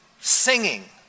singing